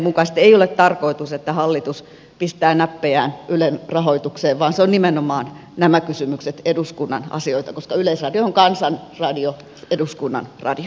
ei ole tarkoitus että hallitus pistää näppejään ylen rahoitukseen vaan nimenomaan nämä kysymykset ovat eduskunnan asioita koska yleisradio on kansan radio eduskunnan radio